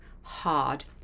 hard